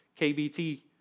KBT